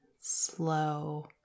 slow